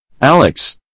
Alex